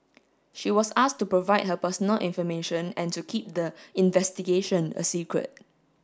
she was asked to provide her personal information and to keep the investigation a secret